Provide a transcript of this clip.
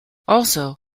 also